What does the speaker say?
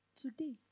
Today